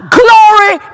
glory